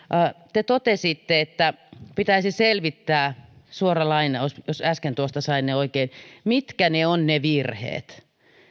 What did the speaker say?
te totesitte että pitäisi selvittää suora lainaus jos äsken tuosta sain ne oikein mitkä ovat ne virheet